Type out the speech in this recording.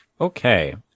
Okay